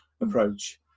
approach